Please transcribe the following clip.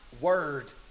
word